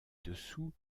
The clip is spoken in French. dessous